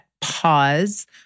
pause